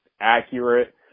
accurate